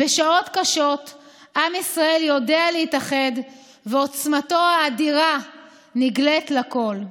בשעות קשות עם ישראל יודע להתאחד ועוצמתו האדירה נגלית לכול,